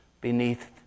beneath